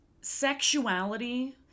sexuality